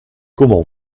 comment